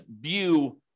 view